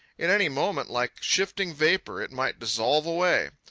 at any moment, like shifting vapour, it might dissolve away.